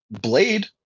blade